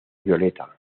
violeta